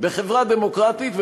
בחברה דמוקרטית,